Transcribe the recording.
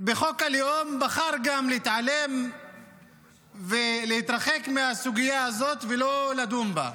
בחוק הלאום הוא בחר גם להתעלם ולהתרחק מהסוגיה הזאת ולא לדון בה.